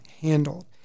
handled